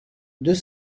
deux